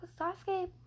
Sasuke